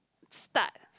start